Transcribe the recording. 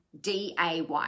day